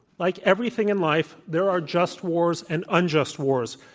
like everything in life, there are just wars and unjust wars,